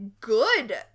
good